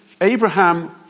Abraham